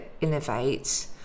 innovate